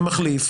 מחליף,